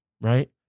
Right